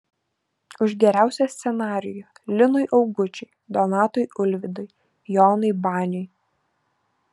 už geriausią scenarijų linui augučiui donatui ulvydui jonui baniui